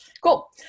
Cool